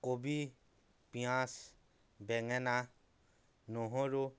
কবি পিয়াঁজ বেঙেনা নহৰু